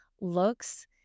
looks